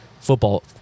football